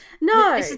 No